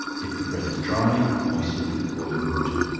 if the bread is dry, moisten it with boiling water